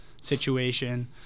situation